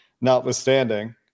notwithstanding –